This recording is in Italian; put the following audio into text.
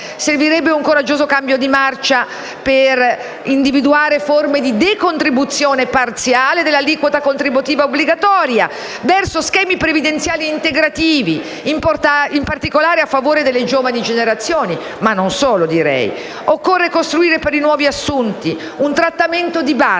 Servirebbe un coraggioso cambio di marcia per individuare forme di decontribuzione parziale dell'aliquota contributiva obbligatoria, verso schemi previdenziali integrativi, in particolare a favore delle giovani generazioni, ma non solo. Occorre costruire per i nuovi assunti un trattamento di base,